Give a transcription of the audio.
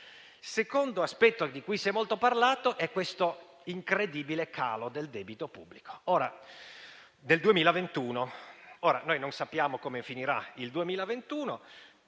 Un secondo aspetto di cui pure si è molto parlato è l'incredibile calo del debito pubblico del 2021. Non sappiamo come finirà il 2021,